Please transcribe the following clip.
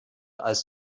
als